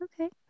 okay